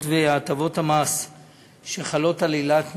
היות שהטבות המס שחלות על אילת,